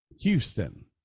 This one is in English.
Houston